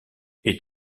est